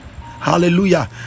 Hallelujah